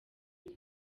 buri